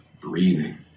breathing